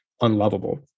unlovable